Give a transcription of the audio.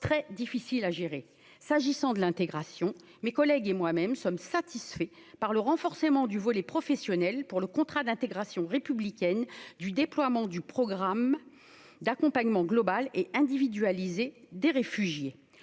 très difficile à gérer, s'agissant de l'intégration, mes collègues et moi-même sommes satisfaits par le renforcement du vol professionnel pour le contrat d'intégration républicaine du déploiement du programme d'accompagnement global et individualisée des réfugiés,